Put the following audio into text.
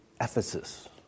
Ephesus